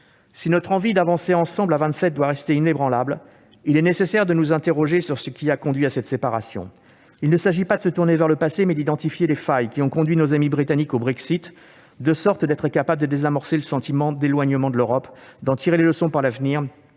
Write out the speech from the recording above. Si notre envie d'avancer ensemble à vingt-sept doit rester inébranlable, il est nécessaire de nous interroger sur ce qui a conduit à cette séparation. Il s'agit non pas de se tourner vers le passé, mais d'identifier les failles qui ont conduit nos amis britanniques au Brexit, de sorte d'être capable de désamorcer le sentiment d'éloignement de l'Europe, d'en tirer les leçons pour l'avenir,